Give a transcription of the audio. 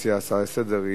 להציע הצעה-לסדר,